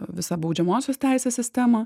visą baudžiamosios teisės sistemą